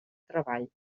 treball